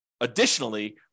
additionally